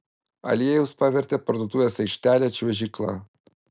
aliejus pavertė parduotuvės aikštelę čiuožykla